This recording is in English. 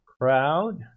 crowd